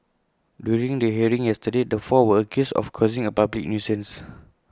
during the hearing yesterday the four were accused of causing A public nuisance